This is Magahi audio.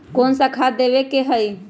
कोन सा खाद देवे के हई?